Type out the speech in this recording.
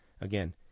again